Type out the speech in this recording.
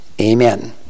Amen